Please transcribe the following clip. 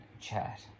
chat